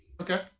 Okay